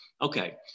Okay